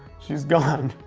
she's gone,